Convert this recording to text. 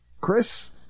Chris